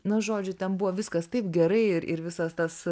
na žodžiu ten buvo viskas taip gerai ir ir visas tas